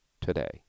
today